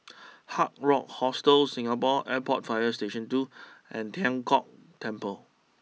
Hard Rock Hostel Singapore Airport fire Station two and Tian Kong Temple